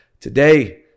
Today